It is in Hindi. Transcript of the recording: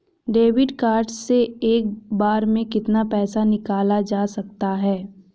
डेबिट कार्ड से एक बार में कितना पैसा निकाला जा सकता है?